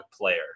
player